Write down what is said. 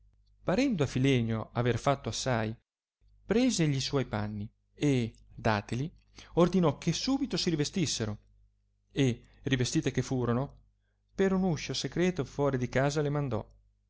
parendo a filenio aver fatto assai prese gli suoi panni e datili ordinò che subito si rivestissero e rivestite che furono per un uscio secreto fuori di casa le mandò